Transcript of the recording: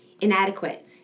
inadequate